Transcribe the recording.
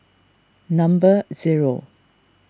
number zero